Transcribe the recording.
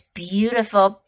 beautiful